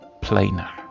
plainer